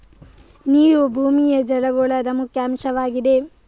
ನೀರು ಭೂಮಿಯ ಜಲಗೋಳದ ಮುಖ್ಯ ಅಂಶವಾಗಿದೆ